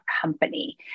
company